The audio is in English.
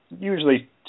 usually